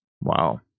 Wow